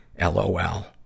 LOL